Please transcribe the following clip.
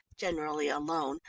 generally alone,